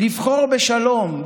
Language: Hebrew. לבחור בשלום,